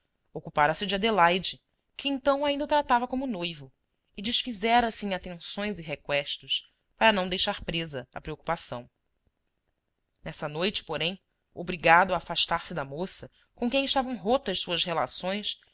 fascinação ocupara se de adelaide que então ainda o tratava como noivo e desfizera se em atenções e reqüestos para não deixar presa à preocupação nessa noite porém obrigado a afastar-se da moça com quem estavam rotas suas relações